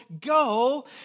go